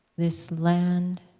this land